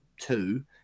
two